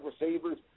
receivers